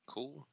Cool